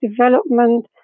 development